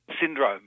syndrome